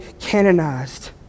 canonized